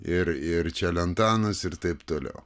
ir ir čialentanus ir taip toliau